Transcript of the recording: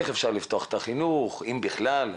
איך אפשר לפתוח את החינוך אם בכלל.